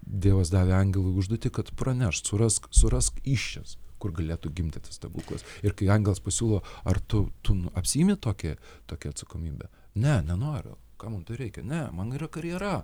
dievas davė angelui užduotį kad pranešt surask surask įsčias kur galėtų gimti tas stebuklas ir kai angelas pasiūlo ar tu tu apsiimi tokia tokia atsakomybe ne nenoriu kam mum to reikia ne man yra karjera